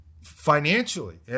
financially